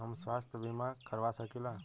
हम स्वास्थ्य बीमा करवा सकी ला?